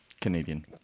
Canadian